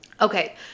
Okay